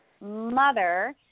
mother